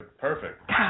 Perfect